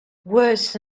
worse